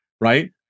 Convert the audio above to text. right